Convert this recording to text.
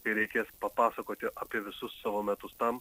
kai reikės papasakoti apie visus savo metus tam